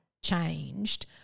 changed